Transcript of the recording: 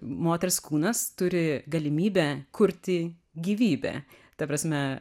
moters kūnas turi galimybę kurti gyvybę ta prasme